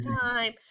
time